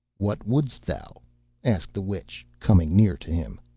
what wouldst thou asked the witch, coming near to him.